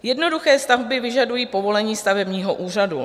Jednoduché stavby vyžadují povolení stavebního úřadu.